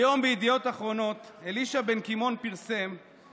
היום פרסם אלישע בן קימון בידיעות אחרונות